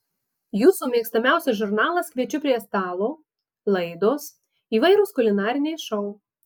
jūsų mėgstamiausias žurnalas kviečiu prie stalo laidos įvairūs kulinariniai šou